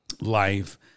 life